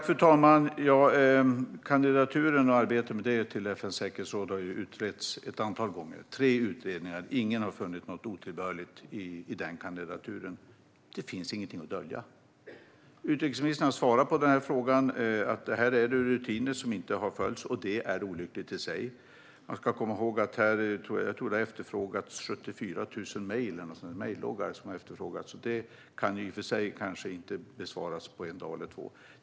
Fru talman! Arbetet med kandidaturen till FN:s säkerhetsråd har ju utretts ett antal gånger - tre utredningar och ingen har funnit något otillbörligt i det arbetet. Det finns ingenting att dölja. Utrikesministern har svarat på frågan. Det rör sig om rutiner som inte har följts, och det är olyckligt i sig. Vi ska komma ihåg att det har efterfrågats 74 000 mejlloggar. Det kan i och för sig kanske inte besvaras på en dag eller två.